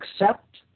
accept